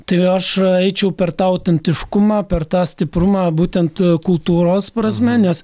tai aš eičiau per tą autentiškumą per tą stiprumą būtent kultūros prasme nes